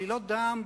עלילות דם,